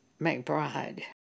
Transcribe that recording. McBride